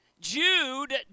Jude